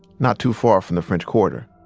not too far from the french quarter.